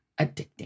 addicting